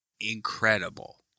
Incredible